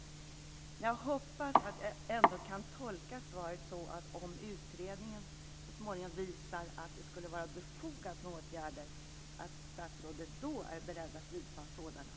Men jag hoppas att jag ändå kan tolka svaret som att om utredningen så småningom visar att det skulle vara befogat med åtgärder är statsrådet då beredd att vidta sådana.